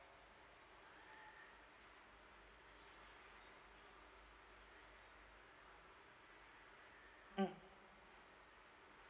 mm